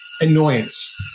annoyance